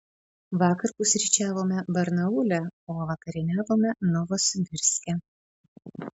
vakar pusryčiavome barnaule o vakarieniavome novosibirske